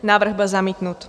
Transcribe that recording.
Návrh byl zamítnut.